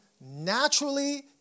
naturally